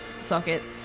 sockets